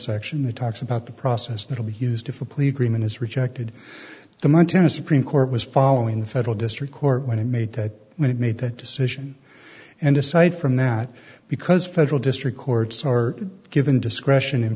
section the talks about the process that will be used if a plea agreement is rejected the montana supreme court was following the federal district court when it made that when it made that decision and aside from that because federal district courts are given discretion in